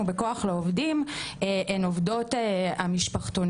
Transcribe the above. ב"כוח לעובדים" והם עובדות המשפחתונים,